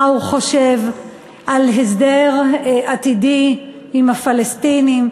מה הוא חושב על הסדר עתידי עם הפלסטינים.